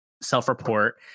self-report